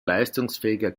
leistungsfähiger